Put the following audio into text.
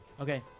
Okay